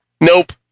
Nope